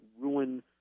ruin